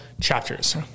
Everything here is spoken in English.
chapters